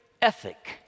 ethic